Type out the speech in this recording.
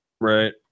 right